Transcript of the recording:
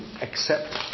accept